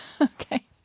Okay